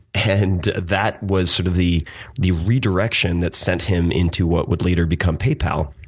and that was sort of the the redirection that sent him into what would later become paypal.